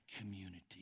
community